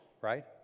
right